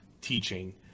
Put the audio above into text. teaching